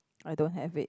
I don't have it